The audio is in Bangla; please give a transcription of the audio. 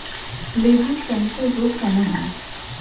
লেবুর ক্যাংকার রোগ কেন হয়?